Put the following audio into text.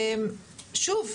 שוב: